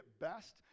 best